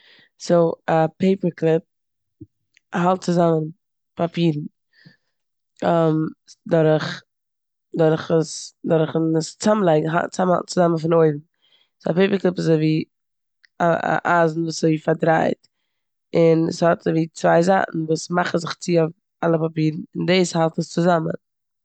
סאו א פעיפער קליפ האלט צוזאמען פאפירן דורך- דורכ עס- דורכן עס צאמלייג- הא- צאמהאלטן פון אויבן. סאו א פעיפיר קלאפ איז אזויווי א- א אייזן וואס איז אזויווי פארדרייט און ס'האט אזויווי צוויי זייטן וואס מאכן זיך צו אויף אלע פאפירן און דאס האלט עס צוזאמען.